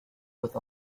with